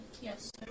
yes